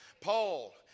Paul